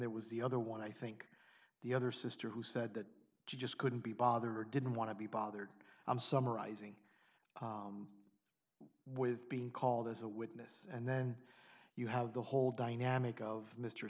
there was the other one i think the other sister who said that just couldn't be bothered didn't want to be bothered i'm summarizing with being called as a witness and then you have the whole dynamic of mr